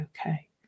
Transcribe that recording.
okay